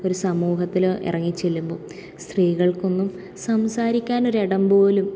ഒരു സമൂഹത്തിലോ ഇറങ്ങി ചെല്ലുമ്പോൾ സ്ത്രീകൾക്കൊന്നും സംസാരിക്കാൻ ഒരിടം പോലും